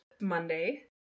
Monday